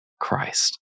Christ